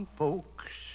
folks